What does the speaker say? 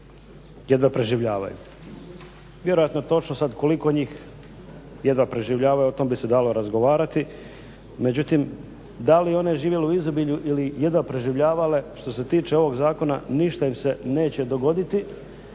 jedva preživljavaju. Vjerojatno je točno, sada koliko njih jedva preživljavaju, o tome bi se dalo razgovarati, međutim da li one žive u izobilju ili jedva preživljavale, što se tiče ovog zakona ništa im se neće dogoditi,